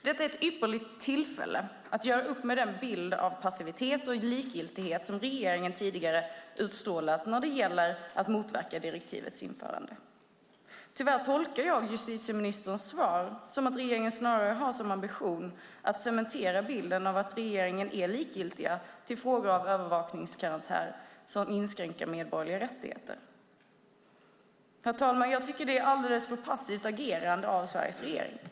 Detta är ett ypperligt tillfälle att göra upp med den bild av passivitet och likgiltighet som regeringen tidigare utstrålat när det gäller att motverka direktivets införande. Tyvärr tolkar jag justitieministerns svar som att regeringen snarare har som ambition att cementera bilden av att regeringen är likgiltig till frågor av övervakningskaraktär som inskränker medborgerliga rättigheter. Herr talman! Jag tycker att det är ett alldeles för passivt agerande av Sveriges regering.